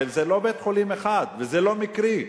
וזה לא בית-חולים אחד וזה לא מקרי,